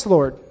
Lord